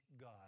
God